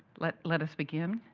let let us begin.